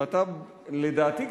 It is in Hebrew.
ואתה לדעתי,